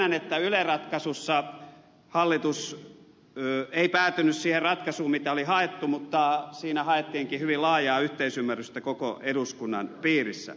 myönnän että yle ratkaisussa hallitus ei päätynyt siihen ratkaisuun mitä oli haettu mutta siinä haettiinkin hyvin laajaa yhteisymmärrystä koko eduskunnan piirissä